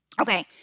Okay